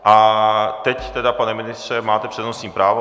A teď tedy, pane ministře, máte přednostní právo.